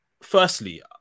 firstly